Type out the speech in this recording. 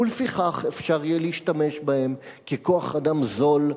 ולפיכך אפשר יהיה להשתמש בהם ככוח-אדם זול,